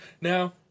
Now